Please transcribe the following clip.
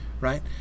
right